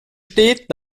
steht